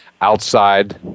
outside